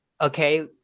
okay